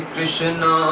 Krishna